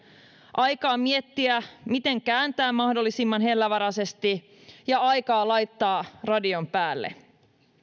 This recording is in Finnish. aikaa miettiä miten kääntää mahdollisimman hellävaraisesti ja aikaa laittaa radio päälle